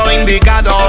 indicado